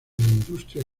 industria